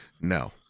No